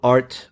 Art